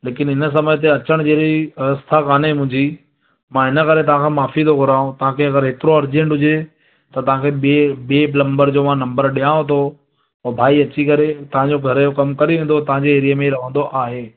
लेकिन हिन समय ते अचणु जहिड़ी व्यवस्था कोन्हे मुंहिंजी मां हिन करे तव्हांखां माफ़ी थो घुरांव तव्हांखे अगरि एतिरो अर्जंट हुजे त तव्हांखे ॿिए ॿिए प्लम्बर जो मां नंबर ॾियांव थो उहो भाई अची करे कमु करे वेंदव तव्हांजे एरिए में रहंदो आहे